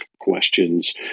questions